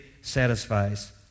satisfies